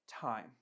time